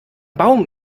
baum